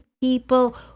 people